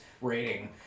rating